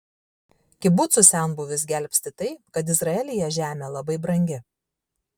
kibucų senbuvius gelbsti tai kad izraelyje žemė labai brangi